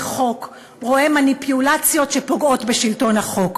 חוק רואה מניפולציות שפוגעות בשלטון החוק.